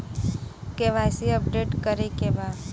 KYC update करे के बा?